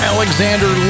Alexander